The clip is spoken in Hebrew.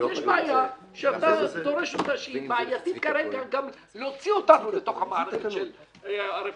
יש בעיה כרגע גם להוציא אותנו לתוך המערכת של הרפורמה.